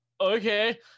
okay